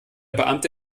beamte